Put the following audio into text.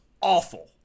awful